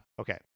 Okay